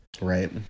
Right